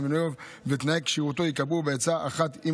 שמינויו ותנאי כשירותו ייקבעו בעצה אחת עם